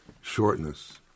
shortness